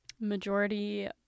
Majority